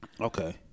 Okay